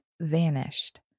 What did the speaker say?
vanished